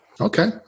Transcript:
Okay